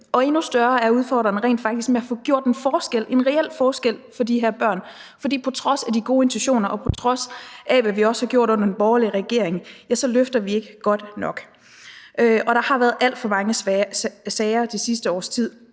og endnu større er udfordringerne rent faktisk med at få gjort en forskel, en reel forskel, for de her børn. For på trods af de gode intentioner, og på trods af hvad vi også har gjort under den borgerlige regering, så løfter vi det ikke godt nok. Der har været alt for mange sager det sidste års tid,